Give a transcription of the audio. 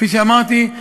כפי שאמרתי,